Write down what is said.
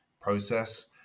process